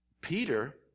Peter